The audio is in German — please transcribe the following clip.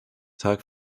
tag